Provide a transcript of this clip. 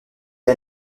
est